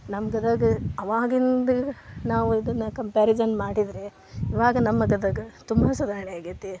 ನಮ್ಮ ಗದಗ ಅವಾಗಿಂದ ನಾವು ಇದನ್ನು ಕಂಪ್ಯಾರಿಸಮ್ ಮಾಡಿದರೆ ಇವಾಗ ನಮ್ಮ ಗದಗ ತುಂಬ ಸುಧಾರಣೆ ಆಗೇತಿ